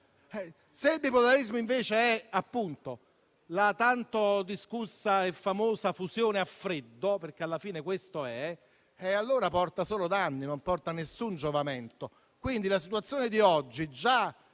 Se il bipolarismo invece è la tanto discussa e famosa fusione a freddo (alla fine questo è), allora porta solo danni e nessun giovamento. La situazione di oggi, già